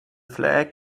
flag